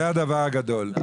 זה הדבר הגדול.